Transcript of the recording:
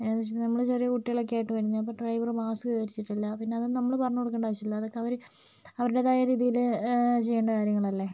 ഏകദേശം നമ്മൾ ചെറിയ കുട്ടികളൊക്കെ ആയിട്ട് വരുന്നതാണ് അപ്പം ഡ്രൈവറും മാസ്ക് വെച്ചിട്ടില്ല പിന്നെ അതൊന്നും നമ്മൾ പറഞ്ഞ് കൊടുക്കേണ്ട ആവശ്യം ഇല്ല അതൊക്കെ അവർ അവരുടേതായ രീതിയിൽ ചെയ്യേണ്ട കാര്യങ്ങളല്ലേ